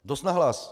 Dost nahlas.